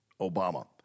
Obama